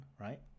right